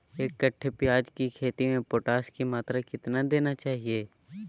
एक कट्टे प्याज की खेती में पोटास की मात्रा कितना देना चाहिए?